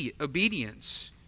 obedience